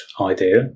idea